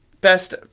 Best